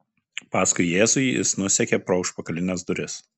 paskui jėzų jis nusekė pro užpakalines duris